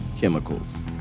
chemicals